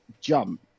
jump